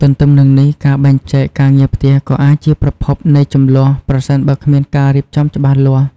ទទ្ទឹមនឹងនេះ ការបែងចែកការងារផ្ទះក៏អាចជាប្រភពនៃជម្លោះ ប្រសិនបើគ្មានការរៀបចំច្បាស់លាស់។